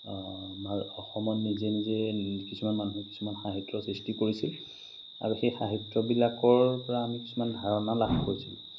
অসমত নিজে নিজে কিছুমান মানুহে কিছুমান সাহিত্যৰ সৃষ্টি কৰিছিল আৰু সেই সাহিত্যবিলাকৰ পৰা আমি কিছুমান ধাৰণা লাভ কৰিছিলোঁ